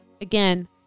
again